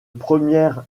premières